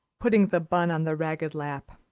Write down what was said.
putting the bun on the ragged lap,